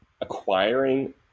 acquiring